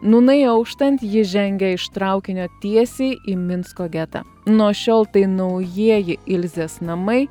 nūnai auštant ji žengia iš traukinio tiesiai į minsko getą nuo šiol tai naujieji ilzės namai